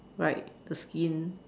right the skin